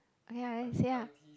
ya then you say ah